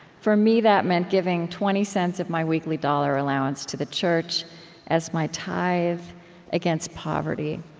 for me, that meant giving twenty cents of my weekly dollar allowance to the church as my tithe against poverty.